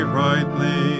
rightly